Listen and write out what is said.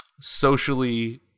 socially